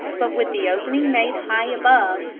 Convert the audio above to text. but with the opening made high above,